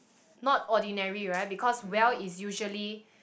not ordinary right because well is usually